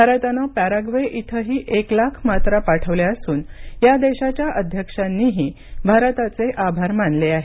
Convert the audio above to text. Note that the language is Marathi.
भारतानं पॅराग्वे इथंही एक लाख मात्रा पाठवल्या असून या देशाच्या अध्यक्षांनीही भारताचे आभार मानले आहेत